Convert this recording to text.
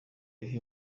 yuhi